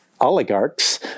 oligarchs